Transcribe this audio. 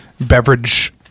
beverage